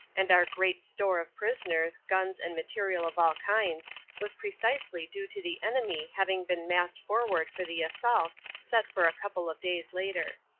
and our great store of prisoners, guns and material of all kinds was precisely due to the enemy having been massed forward for the assault set for a couple of days later.